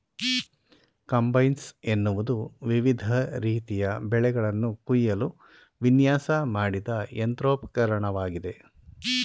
combines ಎನ್ನುವುದು ವಿವಿಧ ರೀತಿಯ ಬೆಳೆಗಳನ್ನು ಕುಯ್ಯಲು ವಿನ್ಯಾಸ ಮಾಡಿದ ಯಂತ್ರೋಪಕರಣವಾಗಿದೆ